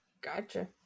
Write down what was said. Gotcha